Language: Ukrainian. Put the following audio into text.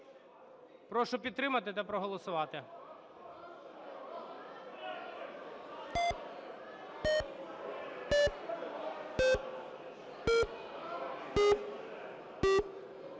Прошу підтримати та проголосувати.